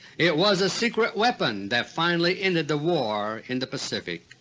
it was a secret weapon that finally ended the war in the pacific.